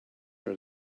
are